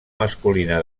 masculina